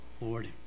Lord